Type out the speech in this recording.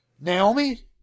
Naomi